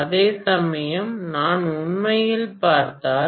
அதேசமயம் நான் உண்மையில் பார்த்தால்